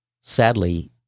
Sadly